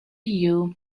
you